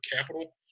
Capital